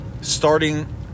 starting